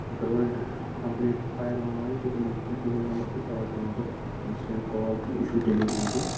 مے کٔر وۄنۍ کَمپٕلینٛٹ تہِ فایل آن لایِن تہِ تِمو دیُت مےٚ تِہُنٛد نمبر تہٕ تَوے تِمو دوٚپ أمِس کٔرِو کال تہٕ یہِ چھُ ڈیٚلؤری ایجنٛٹ